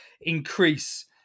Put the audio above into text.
increase